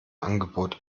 angebot